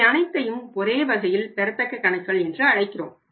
இவை அனைத்தையும் ஒரே வகையில் பெறத்தக்க கணக்குகள் என்று அழைக்கிறோம்